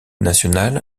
nationale